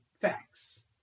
facts